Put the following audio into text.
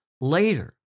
later